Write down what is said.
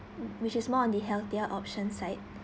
mm which is more on the healthier option site